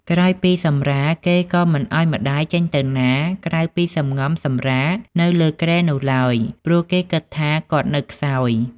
ក្រោយពីសម្រាល គេក៏មិនឱ្យម្ដាយចេញទៅណា ក្រៅពីសំងំសម្រាកនៅលើគ្រែនោះឡើយ ព្រោះគេគិតថាគាត់នៅខ្សោយ។